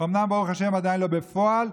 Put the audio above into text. אומנם ברוך השם עדיין לא בפועל,